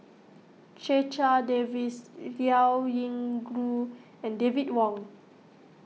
Checha Davies Liao Yingru and David Wong